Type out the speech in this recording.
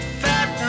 fat